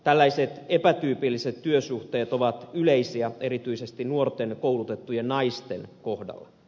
tällaiset epätyypilliset työsuhteet ovat yleisiä erityisesti nuorten koulutettujen naisten kohdalla